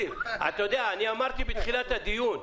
אמרתי בתחילת הדיור,